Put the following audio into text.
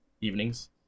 evenings